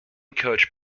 coach